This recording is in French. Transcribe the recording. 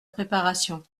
préparation